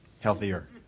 Healthier